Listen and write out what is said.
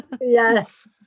yes